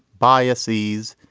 biases.